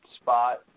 spot